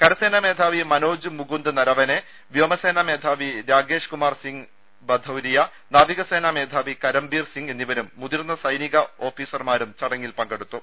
കരസേനാമേധാവി മനോജ് മുകുന്ദ് നരവനെ വ്യോമസേനാ രാകേഷ് കുമാർ സിംഗ് മേനാവി ഭധൌരിയ നാവികസേനാ മേധാവി കരംബീർ സിംഗ് എന്നിവരും മുതിർന്ന സൈനിക ഓഫീസർമാരും ചടങ്ങിൽ പങ്കെടുത്തു